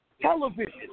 television